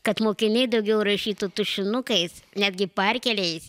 kad mokiniai daugiau rašytų tušinukais netgi parkeriais